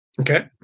okay